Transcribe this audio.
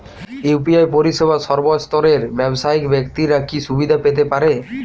UPI পরিসেবা সর্বস্তরের ব্যাবসায়িক ব্যাক্তিরা কি সুবিধা পেতে পারে?